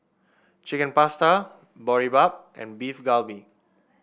Chicken Pasta Boribap and Beef Galbi